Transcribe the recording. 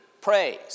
praise